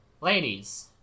ladies